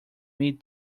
mid